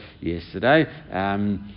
yesterday